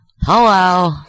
Hello